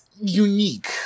Unique